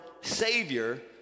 Savior